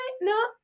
no